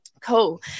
Cool